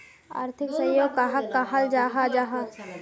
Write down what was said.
आर्थिक सहयोग कहाक कहाल जाहा जाहा?